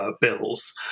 bills